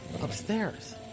upstairs